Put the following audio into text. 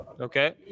okay